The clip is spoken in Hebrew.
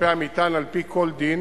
כלפי המטען על-פי כל דין,